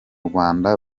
rwanda